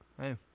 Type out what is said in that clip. Hey